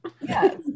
yes